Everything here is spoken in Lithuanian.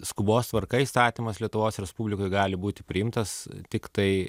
skubos tvarka įstatymas lietuvos respublikoj gali būti priimtas tiktai